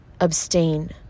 abstain